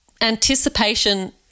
anticipation